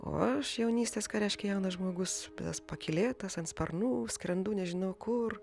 o aš jaunystės ką reiškia jaunas žmogus tas pakylėtas ant sparnų skrendu nežinau kur